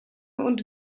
und